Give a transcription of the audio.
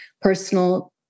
personal